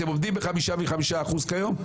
אתם עומדים ב-5% כיום,